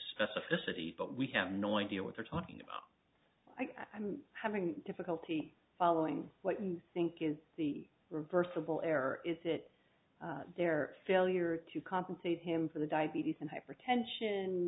specificity but we have no idea what they're talking about i'm having difficulty following what you think is the reversible error is it their failure to compensate him for the diabetes and hypertension